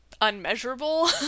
unmeasurable